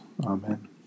Amen